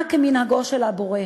נהג כמנהגו של הבורא,